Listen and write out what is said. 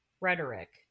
rhetoric